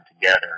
together